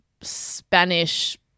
Spanish